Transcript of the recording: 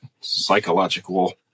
psychological